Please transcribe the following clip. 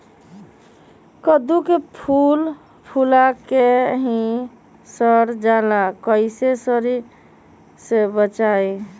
कददु के फूल फुला के ही सर जाला कइसे सरी से बचाई?